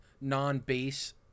non-base